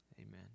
Amen